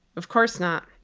of course not.